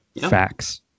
facts